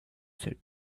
said